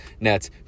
nets